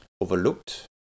overlooked